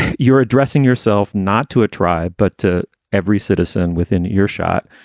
you're addressing yourself not to a tribe, but to every citizen within earshot.